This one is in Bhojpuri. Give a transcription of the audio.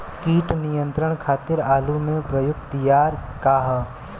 कीट नियंत्रण खातिर आलू में प्रयुक्त दियार का ह?